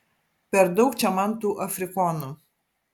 per daug čia man tų afrikonų